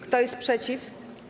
Kto jest przeciw?